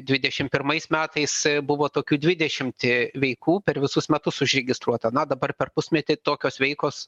dvidešimt pirmais metais buvo tokių dvidešimt veikų per visus metus užregistruota na dabar per pusmetį tokios veikos